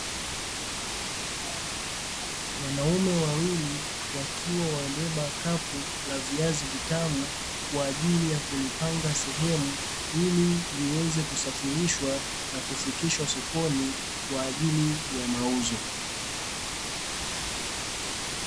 Wanaume wawili wakiwa wamebeba kapu la viazi vitamu, kwa ajili ya kulipanga sehemu ili liweze kusafirishwa na kufikishwa sokoni kwa ajili ya mauzo.